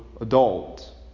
adult